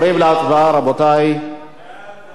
ההצעה להפוך את הצעת